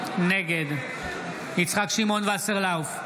נגד יצחק שמעון וסרלאוף,